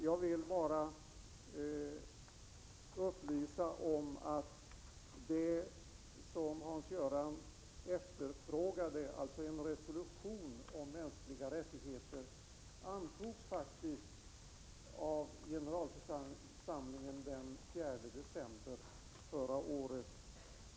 Jag vill bara upplysa om att det som Hans Göran Franck efterfrågade, dvs. en resolution om mänskliga rättigheter, faktiskt antogs av FN:s generalförsamling den 4 december förra året.